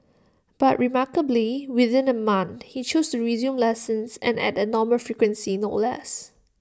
but remarkably within A month he chose to resume lessons and at A normal frequency no less